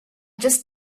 just